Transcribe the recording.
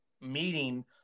meeting